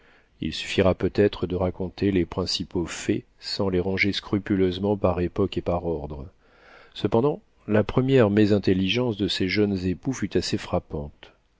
il suffira peut-être de raconter les principaux faits sans les ranger scrupuleusement par époque et par ordre cependant la première mésintelligence de ces jeunes époux fut assez frappante